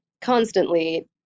constantly